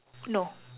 no